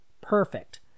Perfect